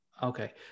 Okay